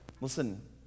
listen